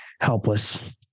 helpless